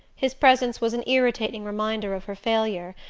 his presence was an irritating reminder of her failure,